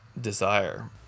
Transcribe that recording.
desire